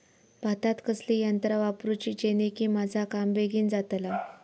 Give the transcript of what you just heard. भातात कसली यांत्रा वापरुची जेनेकी माझा काम बेगीन जातला?